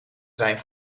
zijn